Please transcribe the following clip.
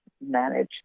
manage